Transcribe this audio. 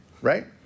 Right